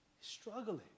struggling